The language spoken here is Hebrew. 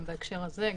בהקשר הזה.